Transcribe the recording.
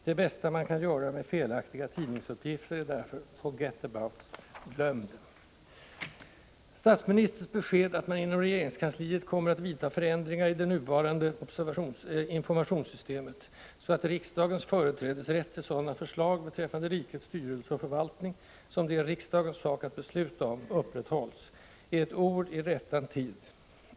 Det bästa man kan göra med felaktiga tidningsuppgifter är därför ”forget about it” — glöm dem! Statsministerns besked att man inom regeringskansliet kommer att vidtaga förändringar i det nuvarande informationssystemet, så att riksdagens företrädesrätt till sådana förslag beträffande rikets styrelse och förvaltning som det är riksdagens sak att besluta om upprätthålls, är ett ord i rättan tid.